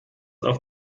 auf